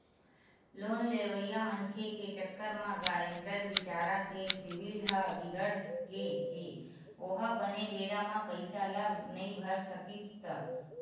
loan लेवइया मनखे के चक्कर म गारेंटर बिचारा के सिविल ह बिगड़गे हे ओहा बने बेरा म पइसा ल नइ भर सकिस त